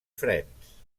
frens